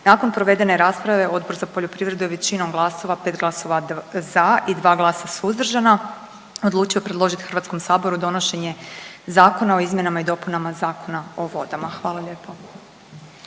Nakon provedene rasprave, Odbor za poljoprivredu je većinom glasova, 5 glasova za i 2 glasa suzdržana odlučio predložiti HS-u donošenje Zakona o izmjenama i dopunama Zakona o vodama. Hvala lijepo.